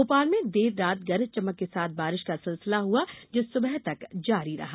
भोपाल में देर रात गरज चमक के साथ बारिश का सिलसिला हुआ जो सुबह तक जारी रहा